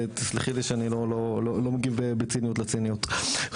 ותסלחי לי שאני לא מגיב בציניות לציניות.